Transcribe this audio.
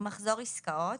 "מחזור עסקאות"